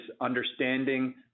understanding